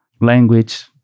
language